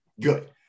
good